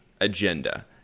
agenda